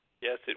Yes